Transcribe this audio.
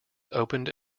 opened